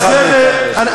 לכל אחד מאתנו יש,